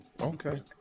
Okay